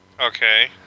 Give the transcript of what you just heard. Okay